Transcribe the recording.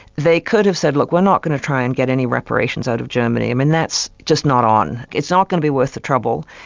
they could have said, look, we're not going to try and get any reparations out of germany, i mean that's just not on. it's not going to be worth the trouble.